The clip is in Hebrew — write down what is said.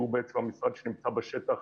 שהוא בעצם המשרד שנמצא בשטח